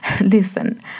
Listen